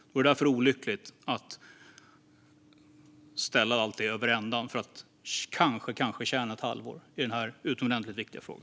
Därför vore det olyckligt att ställa allt det på ända för att kanske tjäna ett halvår i den här utomordentligt viktiga frågan.